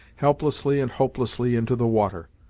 helplessly and hopelessly into the water.